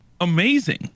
Amazing